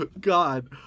God